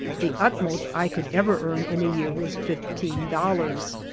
the utmostf i could ever earn in a year was fifteen dollars.